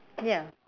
ya